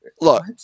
Look